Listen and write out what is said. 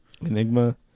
Enigma